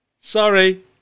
Sorry